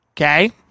okay